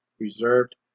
reserved